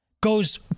goes